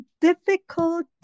difficult